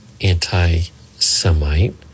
anti-Semite